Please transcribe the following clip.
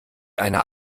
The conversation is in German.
einer